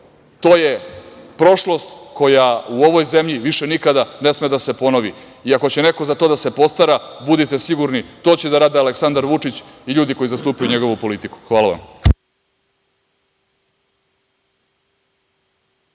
je prošlost koja u ovoj zemlji više nikada ne sme da se ponovi. I ako će neko za to da se postara, budite sigurni, to će da rade Aleksandar Vučić i ljudi koji zastupaju njegovu politiku. Hvala vam.